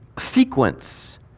sequence